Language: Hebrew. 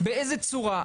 באיזו צורה,